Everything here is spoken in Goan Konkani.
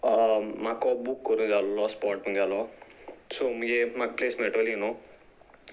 म्हाको बूक करू जाय आसल्लो स्पॉट म्हगेलो सो म्हगे म्हाका प्लेस मेळटली न्हू